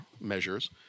measures